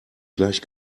gleich